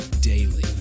daily